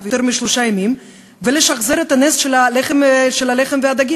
משלושה ימים ולשחזר את הנס של הלחם והדגים?